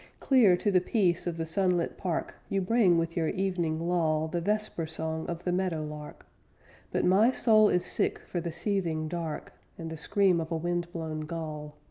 clear to the peace of the sunlit park, you bring with your evening lull the vesper song of the meadow lark but my soul is sick for the seething dark, and the scream of a wind-blown gull.